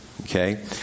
Okay